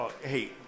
hey